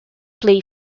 play